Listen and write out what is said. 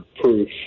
proof